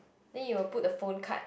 then you will put the phone card